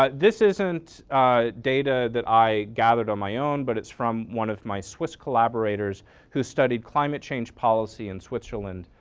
ah this isn't data that i gathered on my own but it's from one of my swiss collaborators who studied climate change policy in switzerland